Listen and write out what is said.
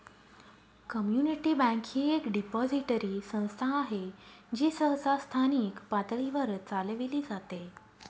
community bank ही एक depository संस्था आहे जी सहसा स्थानिक पातळीवर चालविली जाते